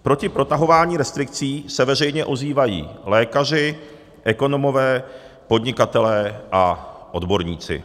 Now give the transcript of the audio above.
Proti protahování restrikcí se veřejně ozývají lékaři, ekonomové, podnikatelé a odborníci.